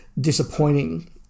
disappointing